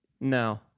No